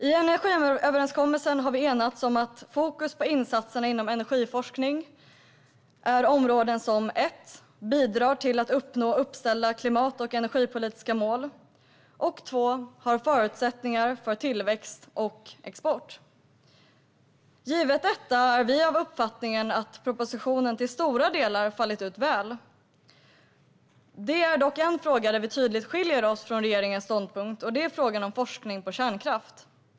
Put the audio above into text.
I energiöverenskommelsen har vi enats om att fokus för insatserna inom energiforskning är områden som bidrar till att uppnå uppställda klimat och energipolitiska mål har förutsättningar för tillväxt och export. Givet detta är vi av uppfattningen att propositionen till stora delar fallit ut väl. Det är dock en fråga där vi tydligt skiljer oss från regeringens ståndpunkt, och det är frågan om forskning på kärnkraft.